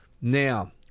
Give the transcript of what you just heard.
Now